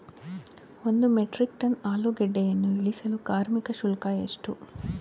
ಒಂದು metric tonne ಆಲೂಗೆಡ್ಡೆಯನ್ನು ಇಳಿಸಲು ಕಾರ್ಮಿಕ ಶುಲ್ಕ ಎಷ್ಟು?